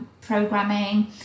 programming